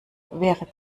wäre